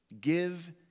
give